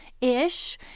ish